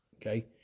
Okay